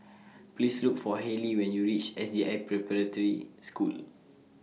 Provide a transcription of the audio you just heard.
Please Look For Hayley when YOU REACH S J I Preparatory School